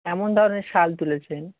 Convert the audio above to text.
কেমন ধরনের শাল তুলেছেন